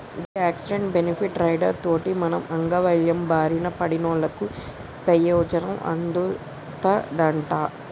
గీ accident, benefit rider తోటి మనం అంగవైవల్యం బారిన పడినోళ్ళకు పెయోజనం అందుతదంట